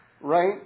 Right